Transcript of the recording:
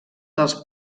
dels